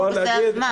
כי זה הזמן.